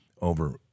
over